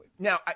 Now